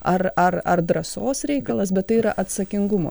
ar ar ar drąsos reikalas bet tai yra atsakingumo